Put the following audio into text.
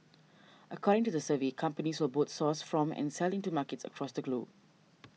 according to the survey companies will both source from and sell into markets across the globe